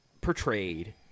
portrayed